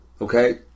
Okay